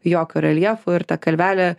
jokio reljefo ir ta kalvelė